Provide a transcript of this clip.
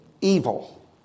evil